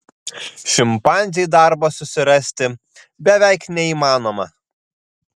šimpanzei darbą susirasti beveik neįmanoma